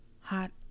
hot